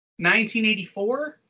1984